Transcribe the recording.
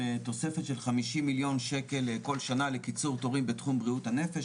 תוספת של 50 מיליון שקל כל שנה לקיצור תורים בתחום בריאות הנפש,